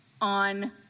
On